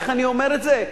איך אני אומר את זה,